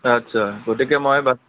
আচ্ছা আচ্ছা গতিকে মই বাছখন